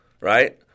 right